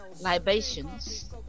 libations